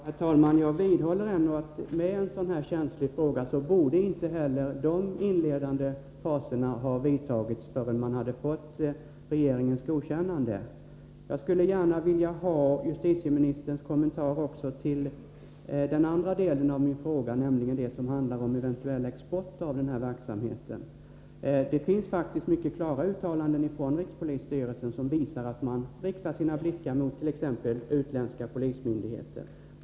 Herr talman! Jag vidhåller att rikspolisstyrelsen i en sådan här känslig fråga inte ens borde ha tagit dessa inledande kontakter förrän man hade fått regeringens godkännande. Jag skulle gärna vilja ha justitieministerns kommentar också till den andra delen av min fråga, som handlar om en eventuell export av verksamheten. Det finns faktiskt mycket klara uttalanden från rikspolisstyrelsen som visar att den riktar sina blickar mot t.ex. utländska polismyndigheter.